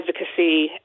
advocacy